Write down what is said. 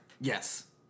Yes